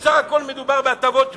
בסך הכול מדובר בהטבות מס.